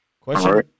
Question